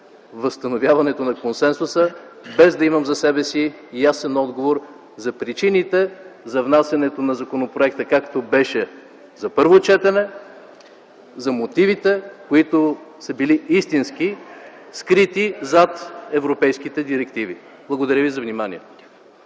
възстановяването на консенсуса, без да имам за себе си ясен отговор за причините за внасянето на законопроекта както беше за първо четене, за мотивите, които са били истински, скрити зад европейските директиви. Благодаря ви за вниманието.